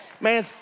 Man